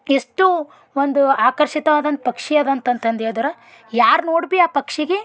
ಎಷ್ಟು ಒಂದು ಆಕರ್ಷಿತವಾದಂಥ ಪಕ್ಷಿ ಅದಂತ ಅಂತಂದು ಹೇಳದ್ರೆ ಯಾರು ನೋಡಿ ಭೀ ಆ ಪಕ್ಷಿಗೆ